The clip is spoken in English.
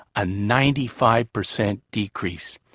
a ninety five percent decrease.